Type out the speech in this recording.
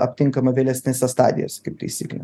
aptinkama vėlesnėse stadijose kaip taisyklė